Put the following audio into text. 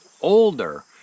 older